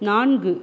நான்கு